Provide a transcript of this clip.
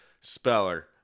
speller